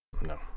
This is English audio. no